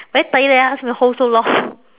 very tired ask me to hold so long